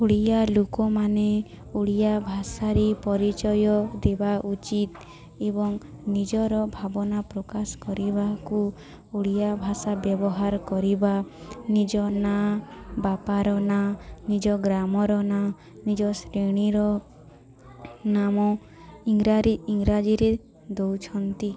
ଓଡ଼ିଆ ଲୋକମାନେ ଓଡ଼ିଆ ଭାଷାରେ ପରିଚୟ ଦେବା ଉଚିତ ଏବଂ ନିଜର ଭାବନା ପ୍ରକାଶ କରିବାକୁ ଓଡ଼ିଆ ଭାଷା ବ୍ୟବହାର କରିବା ନିଜ ନାଁ ବାପାର ନାଁ ନିଜ ଗ୍ରାମର ନାଁ ନିଜ ଶ୍ରେଣୀର ନାମ ଇଂରାଜୀରେ ଦେଉଛନ୍ତି